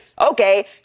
Okay